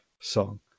song